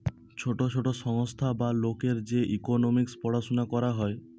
ছোট ছোট সংস্থা বা লোকের যে ইকোনোমিক্স পড়াশুনা করা হয়